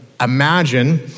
Imagine